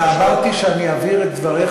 אמרתי שאני אעביר את דבריך,